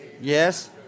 Yes